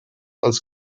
als